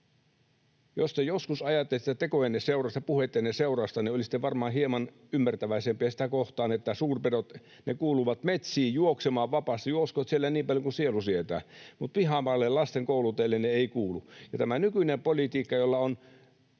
Jos te joskus ajattelette tekojenne seurausta, puheittenne seurausta, niin olisitte varmaan hieman ymmärtäväisempiä sitä kohtaan, että suurpedot kuuluvat metsiin juoksemaan vapaasti — juoskoot siellä niin paljon kuin sielu sietää — mutta pihamaille, lasten kouluteille ne eivät kuulu. Tämä nykyinen politiikka, jossa on